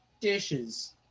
dishes